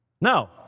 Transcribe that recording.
No